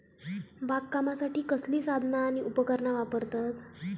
बागकामासाठी कसली साधना आणि उपकरणा वापरतत?